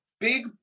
big